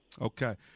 Okay